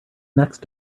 next